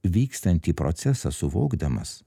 vykstantį procesą suvokdamas